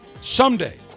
Someday